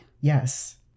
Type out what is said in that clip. Yes